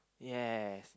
yes